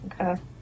okay